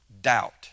doubt